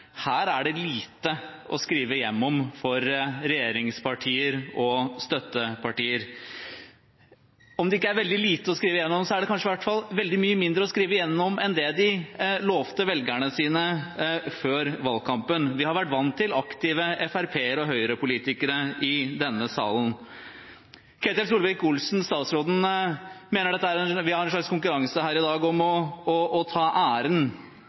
her er det lite å skrive hjem om for regjeringspartier og støttepartier. Om det ikke er veldig lite å skrive hjem om, er det i hvert fall kanskje veldig mye mindre å skrive hjem om enn det de lovet velgerne sine før valgkampen. Vi har vært vant til aktive FrP-ere og Høyre-politikere i denne salen. Statsråd Ketil Solvik-Olsen mener vi har en slags konkurranse her i dag om å ta æren.